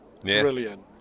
Brilliant